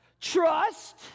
Trust